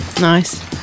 nice